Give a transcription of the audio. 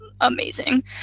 amazing